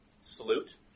salute